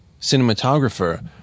cinematographer